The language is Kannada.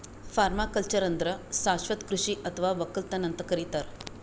ಪರ್ಮಾಕಲ್ಚರ್ ಅಂದ್ರ ಶಾಶ್ವತ್ ಕೃಷಿ ಅಥವಾ ವಕ್ಕಲತನ್ ಅಂತ್ ಕರಿತಾರ್